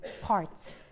parts